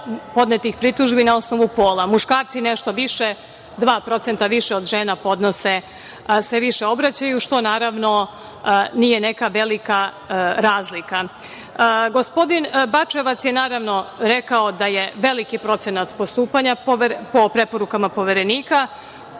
podnetih pritužbi na osnovu pola. Muškarci nešto više, 2% više od žena podnose, se više obraćaju, što naravno nije neka velika razlika. Gospodin Bačevac je, naravno, rekao da je veliki procenat postupanja po preporukama poverenika,